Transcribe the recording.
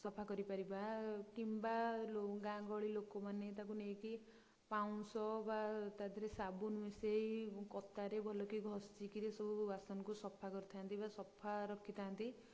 ସଫା କରିପାରିବା କିମ୍ବା ଗାଁ ଗହଳି ଲୋକମାନେ ତାକୁ ନେଇକି ପାଉଁଶ ବା ତା ଦେହରେ ସାବୁନ ମିଶେଇ କତାରେ ଭଲକି ଘଷିକିରି ସବୁ ବାସନକୁ ସଫା କରିଥାନ୍ତି ବା ସଫା ରଖିଥାନ୍ତି